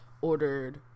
ordered